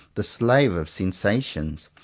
the slave of sensations,